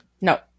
No